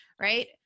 right